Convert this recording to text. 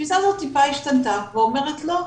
התפיסה הזאת טיפה השתנתה ואומרת לא,